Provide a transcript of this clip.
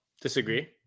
disagree